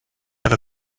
ever